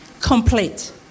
complete